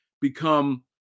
become